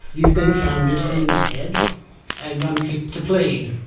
you've been found mentally impaired and unfit to plead.